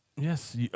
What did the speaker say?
Yes